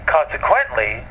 Consequently